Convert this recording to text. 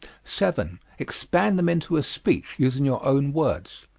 seven. expand them into a speech, using your own words.